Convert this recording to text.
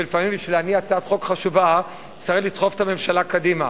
שלפעמים כדי להניע הצעת חוק חשובה צריך לדחוף את הממשלה קדימה,